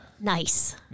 Nice